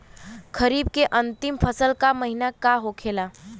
खरीफ के अंतिम फसल का महीना का होखेला?